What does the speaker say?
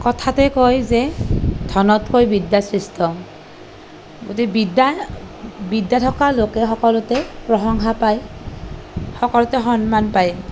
কথাতে কয় যে ধনতকৈ বিদ্যা শ্ৰেষ্ঠ গতিকে বিদ্যা বিদ্যা থকা লোকে সকলোতে প্ৰশংসা পায় সকলোতে সন্মান পায়